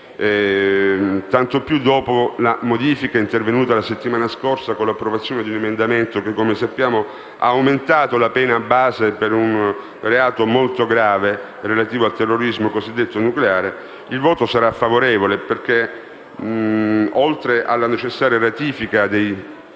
tanto più dopo la modifica intervenuta la settimana scorsa con l'approvazione di un emendamento che - come sappiamo - ha aumentato la pena base per un reato molto grave relativo al terrorismo cosiddetto nucleare, il nostro voto sarà favorevole perché, oltre alla necessaria ratifica dei